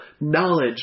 knowledge